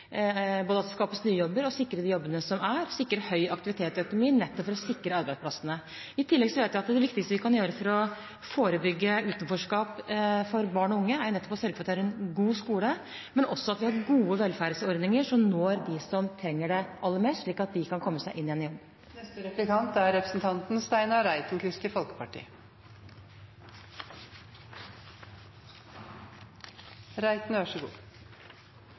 sikre de jobbene som er, og å sikre høy aktivitet i økonomien for å sikre arbeidsplassene. I tillegg vet vi at det viktigste vi kan gjøre for å forebygge utenforskap blant barn og unge, er nettopp å sørge for at vi har en god skole, men også at vi har gode velferdsordninger som når dem som trenger det aller mest, slik at de kan komme seg inn igjen i jobb. Kristelig Folkeparti mener at pleiepengeordningen er